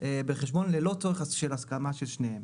בחשבון ללא צורך בהסכמה של שניהם.